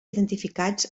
identificats